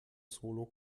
solo